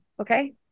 Okay